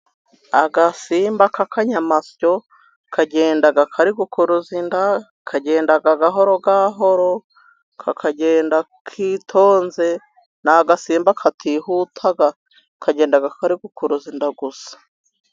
Agasimba k'akanyamasyo kagenda kari gukuruza inda, kagenda gahoro gahoro, kakagenda kitonze. Ni agasimba katihuta, kagenda kari gukuruza inda gusa gusa.